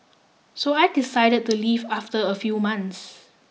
so I decided to leave after a few months